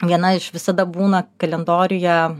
viena iš visada būna kalendoriuje